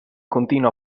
continua